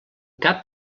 cap